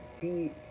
see